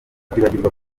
kwibagirwa